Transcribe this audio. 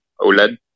OLED